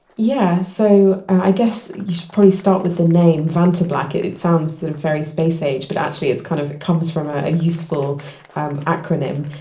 yeah. so i guess you should probably start with the name vantablack. it it sounds sort of very space-age but actually kind of comes from a useful um acronym.